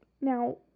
Now